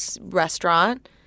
restaurant